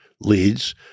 leads